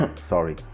sorry